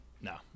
no